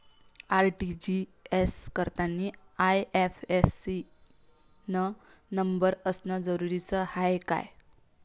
RTGS करतांनी IFSC न number असनं जरुरीच हाय का?